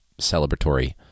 celebratory